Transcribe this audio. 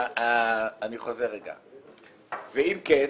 אני חוזר רגע, ואם כן,